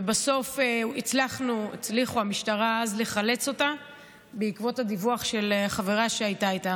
ובסוף הצליחה המשטרה אז לחלץ אותה בעקבות הדיווח של חברה שהייתה איתה.